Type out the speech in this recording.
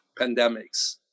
pandemics